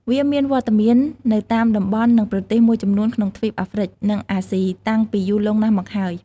វាមានវត្តមាននៅតាមតំបន់និងប្រទេសមួយចំនួនក្នុងទ្វីបអាហ្រ្វិកនិងអាស៊ីតាំងពីយូរលង់ណាស់មកហើយ។